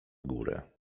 górę